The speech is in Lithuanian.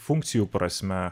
funkcijų prasme